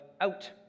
out